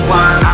one